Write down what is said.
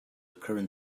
current